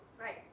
Right